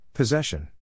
Possession